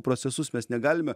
procesus mes negalime